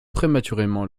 prématurément